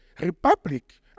Republic